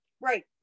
right